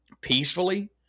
peacefully